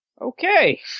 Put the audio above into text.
Okay